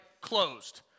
closed